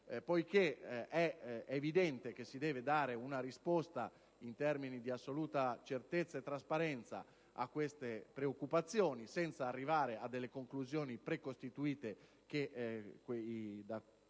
Poiché è evidente che si deve dare una risposta in termini di assoluta certezza e trasparenza a queste preoccupazioni, senza arrivare a conclusioni precostituite, che in